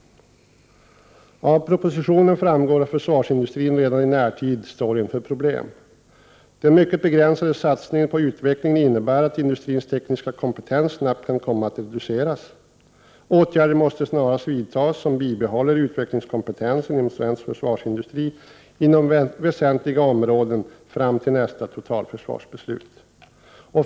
Av propositionen framgår att försvarsindustrin redan i närtid står inför stora problem. Den mycket begränsade satsningen på utveckling innebär att industrins tekniska kompetens snabbt kan komma att reduceras. Åtgärder måste snarast vidtas som bibehåller utvecklingskompetensen inom svensk försvarsindustri inom väsentliga områden fram till nästa totalförsvarsbeslut.